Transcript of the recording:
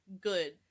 good